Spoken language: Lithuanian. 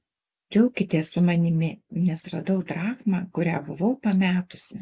džiaukitės su manimi nes radau drachmą kurią buvau pametusi